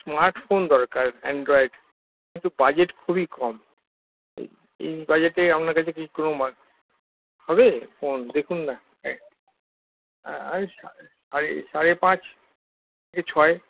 smartphone দরকার Android কিন্তু budget খুবই কম এই বাজেটে আপনার কাছে কি কোনো স্মার্ট হবে ফোন দেখুন না সাড়ে সাড়ে পাঁচ থেকে ছয়